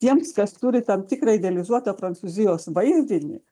tiems kas turi tam tikrą idealizuotą prancūzijos vaizdinį